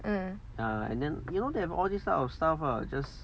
mm